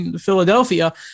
Philadelphia